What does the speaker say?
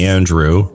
Andrew